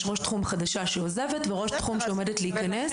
יש ראש תחום חדשה שהיא עוזבת וראש תחום שעומדת להיכנס.